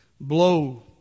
Blow